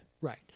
Right